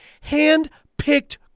hand-picked